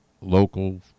local